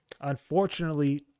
Unfortunately